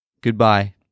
Goodbye